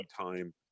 time